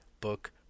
book